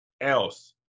else